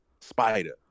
Spider